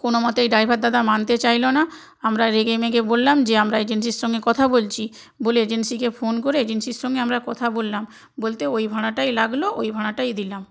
কোনো মতেই ড্রাইভার দাদা মানতে চাইলো না আমরা রেগে মেগে বললাম যে আমরা এজেন্সির সঙ্গে কথা বলছি বলে এজেন্সিকে ফোন করে এজেন্সির সঙ্গে আমরা কথা বললাম বলতে ওই ভাড়াটাই লাগলো ওই ভাড়াটাই দিলাম